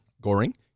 Goring